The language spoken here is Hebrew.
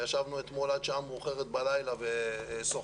ישבנו אתמול עד שעה מאוחרת בלילה ושוחחנו,